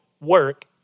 work